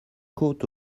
côte